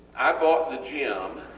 i bought the gym